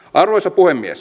arvoisa puhemies